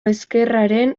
ezkerraren